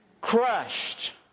crushed